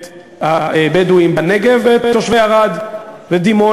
את הבדואים בנגב ואת תושבי ערד ודימונה.